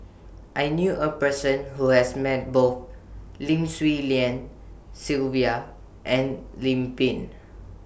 I knew A Person Who has Met Both Lim Swee Lian Sylvia and Lim Pin